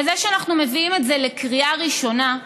ובזה שאנחנו מביאים את זה לקריאה ראשונה,